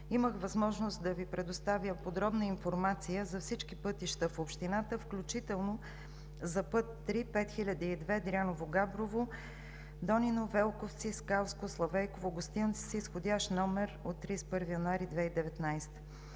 имах възможност да Ви предоставя подробна информация за всички пътища в общината, включително за път III-5002 Дряново – Габрово – Донино – Велковци – Скалско – Славейково – Гостилица, с изходящ номер от 31 януари 2019